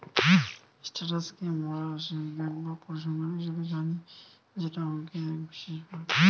status কে মোরা রাশিবিজ্ঞান বা পরিসংখ্যান হিসেবে জানি যেটা অংকের এক বিশেষ ভাগ